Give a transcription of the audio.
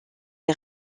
est